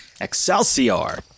Excelsior